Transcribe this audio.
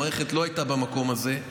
המערכת לא הייתה במקום הזה,